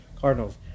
Cardinals